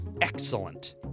excellent